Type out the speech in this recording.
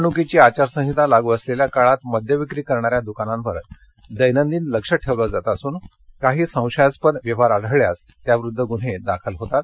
निवडणुकीची आचारसंहिता लागू असलेल्या काळात मद्य विक्री करणाऱ्या दुकानांवर दैनंदिन लक्ष ठेवले जात असून काही संशयास्पद व्यवहार आढळल्यास त्याविरुद्ध गुन्हे दाखल होतात